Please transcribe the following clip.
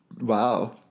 Wow